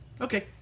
Okay